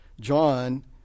John